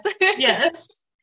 Yes